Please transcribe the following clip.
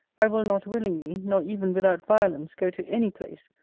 i will not willingly, nor even without violence, go to any place,